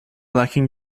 lacking